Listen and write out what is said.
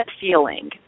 feeling